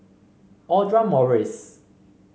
Audra Morrice